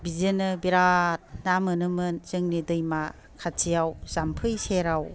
बिदिनो बिराद ना मोनोमोन जोंनि दैमा खाथियाव जाम्फै सेराव